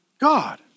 God